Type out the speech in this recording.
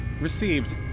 Received